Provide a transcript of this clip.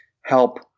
help